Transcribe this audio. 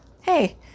Hey